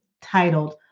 titled